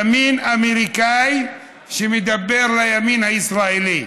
ימין אמריקני שמדבר לימין הישראלי,